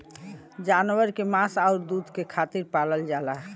जानवर के मांस आउर दूध के खातिर पालल जाला